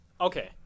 Okay